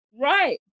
Right